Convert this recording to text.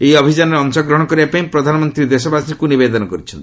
ଏହି ଅଭିଯାନରେ ଅଂଶଗ୍ରହଣ କରିବାପାଇଁ ପ୍ରଧାନମନ୍ତ୍ରୀ ଦେଶବାସୀଙ୍କୁ ନିବେଦନ କରିଛନ୍ତି